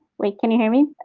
wait, can you hear me?